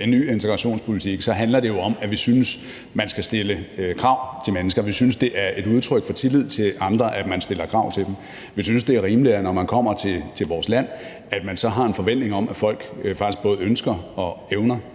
en ny integrationspolitik, handler det jo om, at vi synes, at man skal stille krav til mennesker; at vi synes, det er et udtryk for tillid til andre, at man stiller krav til dem. Vi synes, det er rimeligt at have en forventning om, at folk, der kommer til vores land, faktisk både ønsker og evner